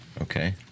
okay